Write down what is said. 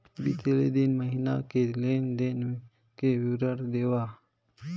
बितले तीन महीना के लेन देन के विवरण देवा?